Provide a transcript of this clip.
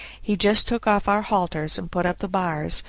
he just took off our halters and put up the bars,